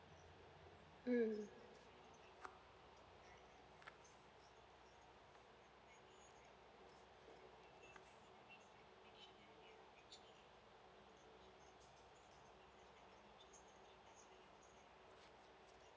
mm